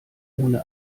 ohne